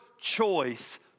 choice